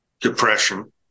depression